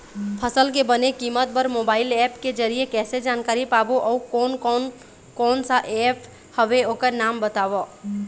फसल के बने कीमत बर मोबाइल ऐप के जरिए कैसे जानकारी पाबो अउ कोन कौन कोन सा ऐप हवे ओकर नाम बताव?